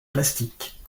plastique